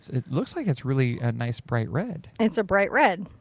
it looks like it's really a nice bright red. it's a bright red.